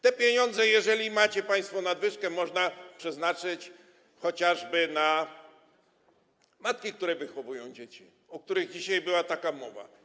Te pieniądze, jeżeli macie państwo nadwyżkę, można przeznaczyć chociażby na matki, które wychowują dzieci, o których dzisiaj była mowa.